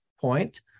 point